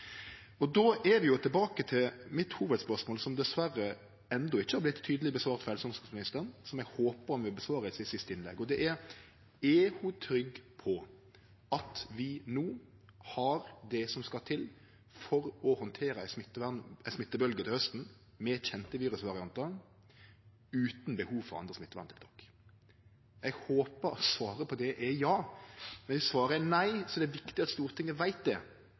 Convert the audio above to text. Då er vi tilbake til hovudspørsmålet mitt, som dessverre enno ikkje har blitt tydeleg besvart av helse- og omsorgsministeren, som eg håpar ho vil bevare i det siste innlegget sitt, og det er: Er ho trygg på at vi no har det som skal til for å handtere ei smittebølgje til hausten med kjende virusvariantar utan behov for andre smitteverntiltak? Eg håpar at svaret på det er ja. Men viss svaret er nei, er det viktig at Stortinget veit det,